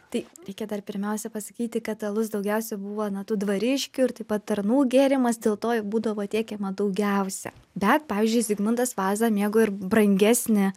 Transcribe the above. tai reikia dar pirmiausia pasakyti kad alus daugiausia buvo na tų dvariškių ir taip pat tarnų gėrimas dėl to jų būdavo tiekiama daugiausia bet pavyzdžiui zigmantas vaza mėgo ir brangesnį